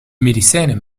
medicijnen